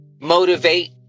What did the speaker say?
Motivate